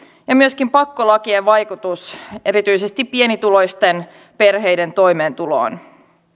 ja myöskin pakkolakien vaikutus erityisesti pienituloisten perheiden toimeentuloon